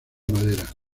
madera